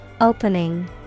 Opening